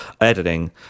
editing